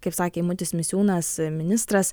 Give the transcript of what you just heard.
kaip sakė eimutis misiūnas ministras